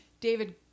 David